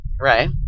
Right